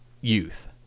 youth